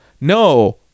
No